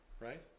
right